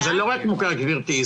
לא, זה לא רק מוכר, גברתי.